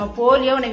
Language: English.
polio